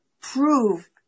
prove